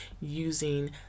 using